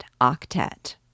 octet